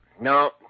no